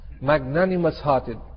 magnanimous-hearted